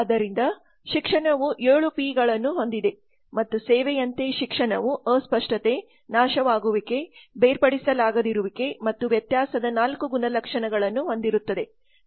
ಆದ್ದರಿಂದ ಶಿಕ್ಷಣವು 7ಪಿಗಳನ್ನು ಹೊಂದಿದೆ ಮತ್ತು ಸೇವೆಯಂತೆ ಶಿಕ್ಷಣವು ಅಸ್ಪಷ್ಟತೆ ನಾಶವಾಗುವಿಕೆ ಬೇರ್ಪಡಿಸಲಾಗದಿರುವಿಕೆ ಮತ್ತು ವ್ಯತ್ಯಾಸದ ನಾಲ್ಕು ಗುಣಲಕ್ಷಣಗಳನ್ನು ಹೊಂದಿರುತ್ತದೆ